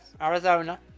Arizona